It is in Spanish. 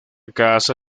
caza